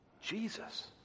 Jesus